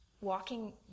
Walking